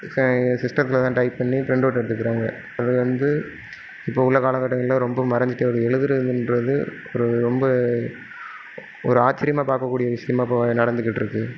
ச சிஸ்டத்தில்தான் டைப் பண்ணி பிரிண்டவுட் எடுத்துக்கிறாங்க அது வந்து இப்போ உள்ள காலக்கட்டங்களில் ரொம்பவும் மறஞ்சிகிட்டே வருது எழுதுறதுன்றது ஒரு ரொம்ப ஒரு ஆச்சிர்யமாக பார்க்கக்கூடிய விஷயமா இப்போ நடந்துக்கிட்யிருக்கு